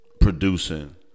producing